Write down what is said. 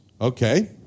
Okay